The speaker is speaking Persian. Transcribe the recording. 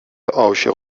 عاشق